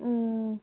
ꯎꯝ